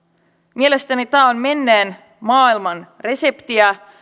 mielestäni tämä on menneen maailman reseptiä